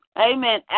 Amen